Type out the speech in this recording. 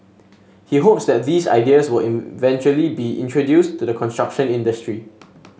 he hopes that these ideas will eventually be introduced to the construction industry